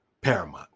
paramount